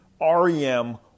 REM